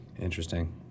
Interesting